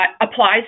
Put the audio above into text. applies